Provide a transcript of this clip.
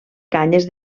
canyes